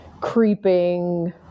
creeping